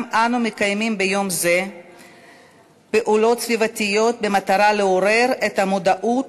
גם אנו מקיימים ביום זה פעולות סביבתיות במטרה לעורר את המודעות